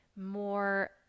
more